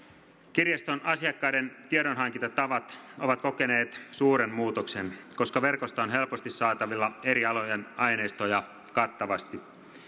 kirjaston asiakkaiden tiedonhankintatavat ovat kokeneet suuren muutoksen koska verkosta on helposti saatavilla eri alojen aineistoja kattavasti